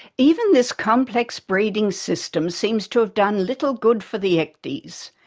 even this complex breeding system seems to have done little good for the ecdies,